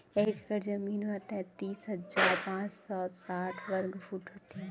एक एकड़ जमीन मा तैतलीस हजार पाँच सौ साठ वर्ग फुट होथे